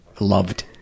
Loved